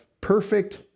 Perfect